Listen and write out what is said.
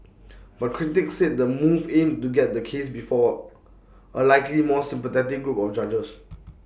but critics said the move aimed to get the case before A likely more sympathetic group of judges